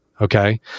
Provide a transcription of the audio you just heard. Okay